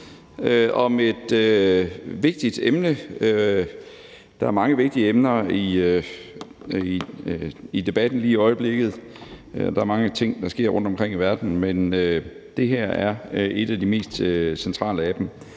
om et vigtigt emne. Der er mange vigtige emner i debatten lige i øjeblikket – der sker mange ting rundtomkring i verden – men det her er et af de mest centrale af dem.